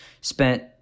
spent